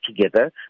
together